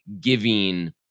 giving